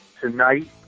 tonight